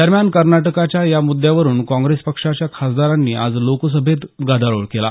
दरम्यान कर्नाटकच्या या मुद्यावरून काँग्रेस पक्षाच्या खासदारांनी आज लोकसभेत गदारोळ केला